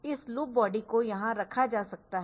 इस loop body को यहां रखा जा सकता है